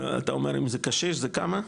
אתה אומר אם זה קשיש כמה זה?